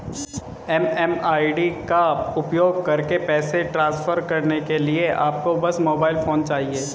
MMID का उपयोग करके पैसे ट्रांसफर करने के लिए आपको बस मोबाइल फोन चाहिए